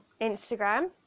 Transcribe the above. Instagram